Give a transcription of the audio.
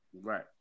Right